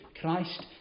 Christ